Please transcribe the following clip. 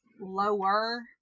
lower